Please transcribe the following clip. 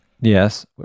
Yes